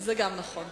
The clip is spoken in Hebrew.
זה גם נכון.